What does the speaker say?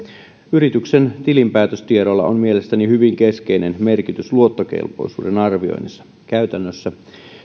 yrityksen tilinpäätöstiedoilla on mielestäni hyvin keskeinen merkitys luottokelpoisuuden arvioinnissa käytännössä